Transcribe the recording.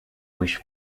wish